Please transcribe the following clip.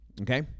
okay